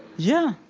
yeah.